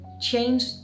change